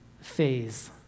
phase